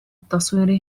التصوير